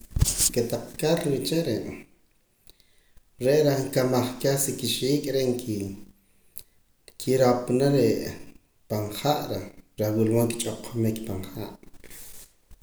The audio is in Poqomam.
Kotaq kar uche re' re' reh nkamaj keh sa kixiik' reh nkiropana pan ha' reh wula mood nkich'oq ajamik pan ha'